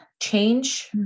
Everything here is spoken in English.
change